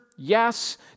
Yes